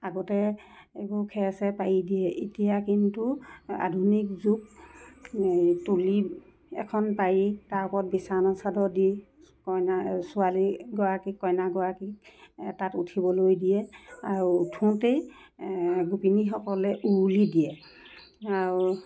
আগতে এইবোৰ খেৰ চেৰ পায়ি দিয়ে এতিয়া কিন্তু আধুনিক যুগ এই তুলি এখন পাৰি তাৰ ওপৰত বিচনা চাদৰ দি কইনা ছোৱালীগৰাকীক কইনাগৰাকীক তাত উঠিবলৈ দিয়ে আৰু উঠোঁতেই গোপিনীসকলে উৰুলি দিয়ে আৰু